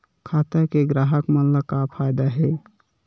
खाता से ग्राहक मन ला का फ़ायदा हे?